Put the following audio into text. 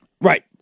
right